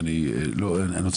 אני הולך